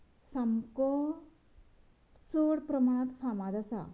सामको चड प्रमाणांत फामाद आसा